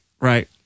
right